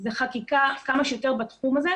זה חקיקה כמה שיותר בתחום הזה.